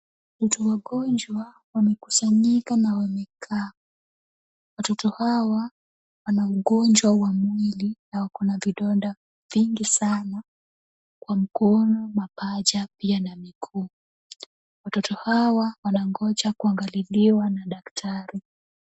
Watu wagonjwa wamekusanyika na wamekaa. Watoto hawa wana ugonjwa wa mwili na kuna vidonda mingi sana kwa mkono, mapaja pia na miguu. Watoto hawa waja kuangaliliwa na daktari.